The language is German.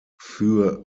für